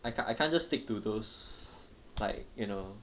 I see I can't just stick to those like you know